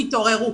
תתעוררו.